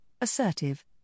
assertive